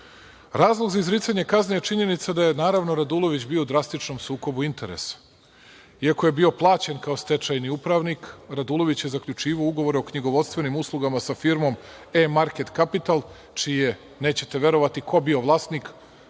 Razlog za izricanje kazne je činjenica da je, naravno, Radulović bio u drastičnom sukobu interesa. Iako je bio plaćen kao stečajni upravnik, Radulović je zaključivao ugovore o knjigovodstvenim uslugama sa firmom „E market kapital“, čiji je, nećete verovatni, ko bio vlasnik,